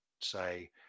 say